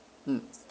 mm